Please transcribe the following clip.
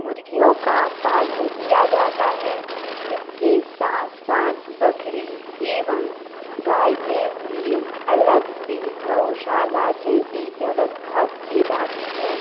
मुर्गियों का पालन किया जाता है इसकी साथ साथ बकरी एवम गाय के लिए अलग से गौशाला जैसी व्यवस्था की जाती है